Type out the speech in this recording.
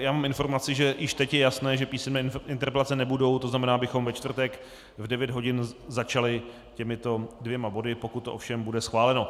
Já mám informaci, že již teď je jasné, že písemné interpelace nebudou, to znamená, abychom ve čtvrtek v 9 hodin začali těmito dvěma body, pokud to ovšem bude schváleno.